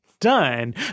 done